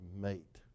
mate